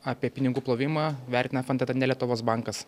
apie pinigų plovimą vertina ef en t t ne lietuvos bankas